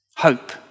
hope